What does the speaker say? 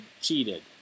cheated